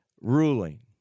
ruling